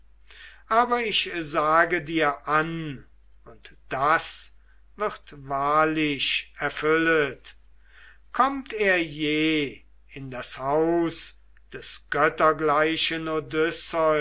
aber ich sage dir an und das wird wahrlich erfüllet kommt er je in das haus des